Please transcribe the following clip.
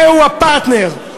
זהו הפרטנר.